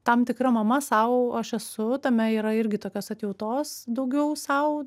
tam tikra mama sau aš esu tame yra irgi tokios atjautos daugiau sau